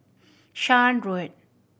Shan Road